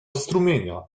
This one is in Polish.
strumienia